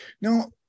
Now